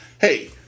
Hey